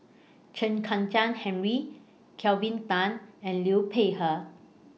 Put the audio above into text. Chen Kezhan Henri Kelvin Tan and Liu Peihe